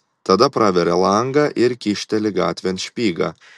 tada praveria langą ir kyšteli gatvėn špygą